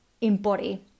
embody